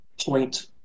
point